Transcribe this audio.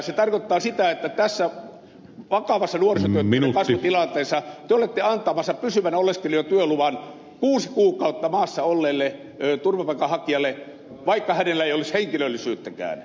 se tarkoittaa sitä että tässä vakavassa nuorisotyöttömyyden kasvutilanteessa te olette antamassa pysyvän oleskelu ja työluvan kuusi kuukautta maassa olleelle turvapaikanhakijalle vaikka hänellä ei olisi henkilöllisyyttäkään